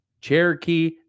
Cherokee